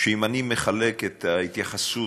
שאם אני מחלק את ההתייחסות,